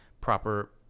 proper